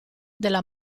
della